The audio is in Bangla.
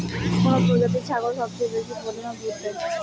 কোন প্রজাতির ছাগল সবচেয়ে বেশি পরিমাণ দুধ দেয়?